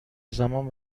زمان